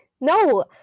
No